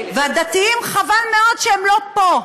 והדתיים, חבל מאוד שהם לא פה,